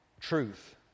truth